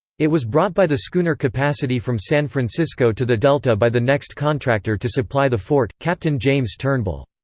it was brought by the schooner capacity from san francisco to the delta by the next contractor to supply the fort, captain james turnbull.